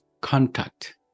contact